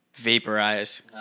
Vaporize